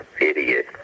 idiot